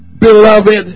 beloved